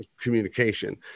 communication